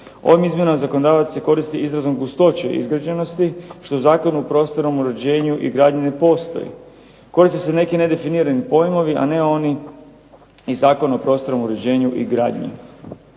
Ovim izmjenama zakonodavac se koristi izrazom gustoće izgrađenosti što u Zakonu o prostornom uređenju i građenju ne postoji. Koriste se neki nedefinirani pojmovi, a ne oni iz Zakona o prostornom uređenju i gradnje.